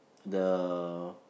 the